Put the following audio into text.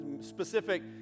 specific